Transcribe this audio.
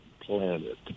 planet